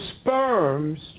sperms